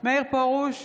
מאיר פרוש,